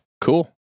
Cool